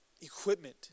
equipment